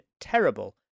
terrible